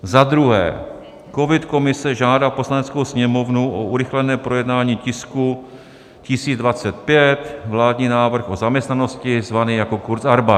Za druhé covidkomise žádá Poslaneckou sněmovnu o urychlené projednání tisku 1025 vládní návrh o zaměstnanosti, zvaný jako kurzarbeit.